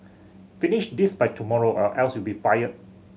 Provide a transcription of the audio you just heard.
finish this by tomorrow or else you'll be fired